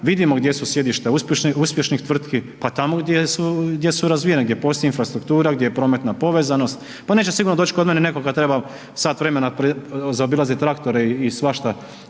vidimo gdje su sjedišta uspješnih tvrtki, pa tamo gdje su razvijena gdje postoji infrastruktura, gdje je prometna povezanosti, pa neće sigurno doći kod mene netko kad treba sat vremena zaobilazit traktore i svašta